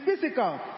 physical